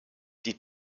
die